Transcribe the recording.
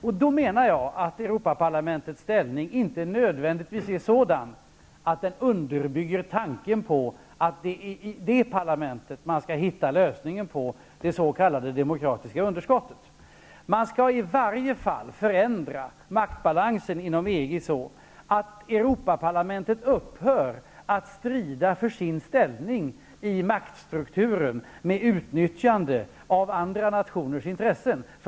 Således menar jag att Europaparlamentets ställning inte nödvändigtvis är sådan att den underbygger tanken att det är i det parlamentet som man skall hitta lösningen beträffande det s.k. demokratiska underskottet. Man skall i varje fall förändra maktbalansen inom EG så, att Europaparlamentet upphör att strida för sin ställning i maktstrukturen med utnyttjande av andra nationers intressen.